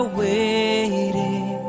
waiting